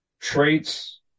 traits